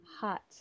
hot